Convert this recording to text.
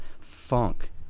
funk